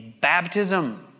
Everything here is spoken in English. baptism